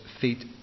feet